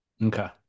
Okay